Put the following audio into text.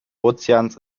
ozeans